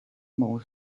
mole